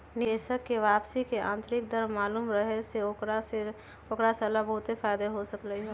निवेशक स के वापसी के आंतरिक दर मालूम रहे से ओकरा स ला बहुते फाएदा हो सकलई ह